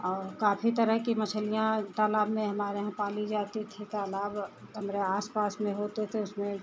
और काफ़ी तरह की मछलियाँ तालाब में हमारे यहाँ पाली जाती थीं तालाब हमारे आसपास में होते थे उसमें